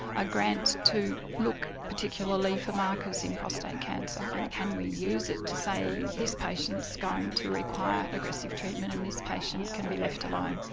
a grant to look particularly for markers in prostate cancer and can we use it to say this patient's going to require aggressive treatment and this patient can be left alone.